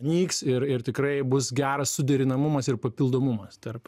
nyks ir ir tikrai bus geras suderinamumas ir papildomumas tarp